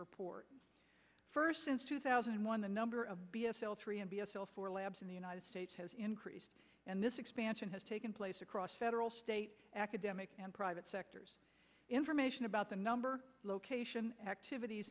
report first since two thousand and one the number of b s l three and b s l four labs in the united states has increased and this expansion has taken place across federal state academic and private sectors information about the number location activities